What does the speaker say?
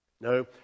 No